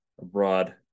abroad